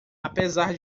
apesar